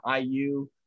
IU